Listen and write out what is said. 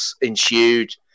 ensued